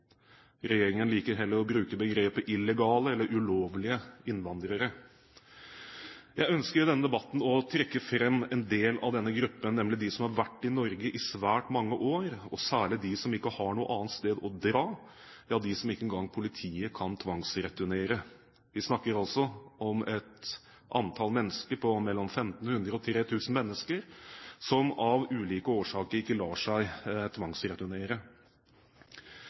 Regjeringen liker heller å bruke begrepet «illegale» eller «ulovlige» innvandrere. Jeg ønsker i denne debatten å trekke fram en del av denne gruppen, nemlig de som har vært i Norge i svært mange år, og særlig de som ikke har noe annet sted å dra – ja, de som ikke engang politiet kan tvangsreturnere. Vi snakker altså om et antall mennesker på mellom 1 500 og 3 000 som av ulike årsaker ikke lar seg tvangsreturnere.